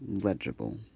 legible